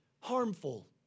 harmful